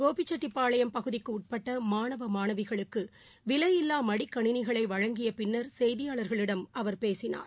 கோபிச்செட்டிபாளையம் பகுதிக்குஉட்பட்டமானவமானவிகளுக்குவிலையில்லாமடிக்கணினிகளைவழங்கியபின்னா் செய்தியாளா்களிடம் அவர் பேசினார்